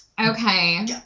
Okay